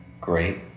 great